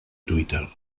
twitter